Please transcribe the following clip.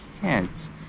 heads